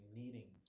needing